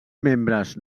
membres